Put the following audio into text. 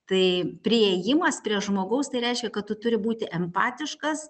tai priėjimas prie žmogaus tai reiškia kad tu turi būti empatiškas